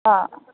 অ